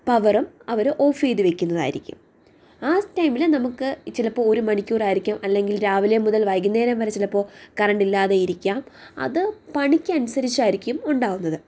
പവറും അവര് ഓഫ് ചെയ്ത് വയ്ക്കുന്നതായിരിക്കും ആ ടൈമില് നമുക്ക് ചിലപ്പോൾ ഒരു മണിക്കൂറായിരിക്കാം അല്ലെങ്കിൽ രാവിലെ മുതൽ വൈകുന്നരം വരെ ചിലപ്പോൾ കറണ്ടില്ലാതെ ഇരിക്കാം അത് പണിക്കനുസരിച്ചായിരിക്കും ഉണ്ടാകുന്നത്